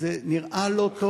זה נראה לא טוב,